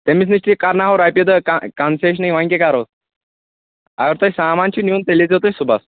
تٔمِس نِش تہِ کرناوو رۄپیہِ دہ کن کنسیشنٕے وۄنۍ کیاہ کرہوس اگر تۄہہِ سامان چھُو نیُن تیٚلہِ ییٖزیو تُہۍ صُبحس